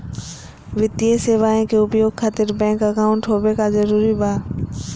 वित्तीय सेवाएं के उपयोग खातिर बैंक अकाउंट होबे का जरूरी बा?